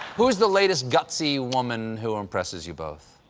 who is the latest gutsy woman who impresses you both?